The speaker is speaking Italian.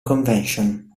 convention